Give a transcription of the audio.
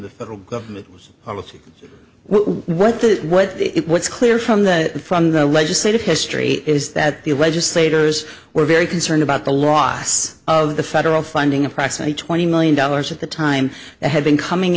the federal government or to what the what it what's clear from the from the legislative history is that the legislators were very concerned about the loss of the federal funding approximately twenty million dollars at the time that had been coming